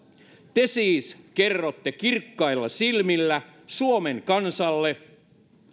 te siis kerrotte kirkkailla silmillä suomen kansalle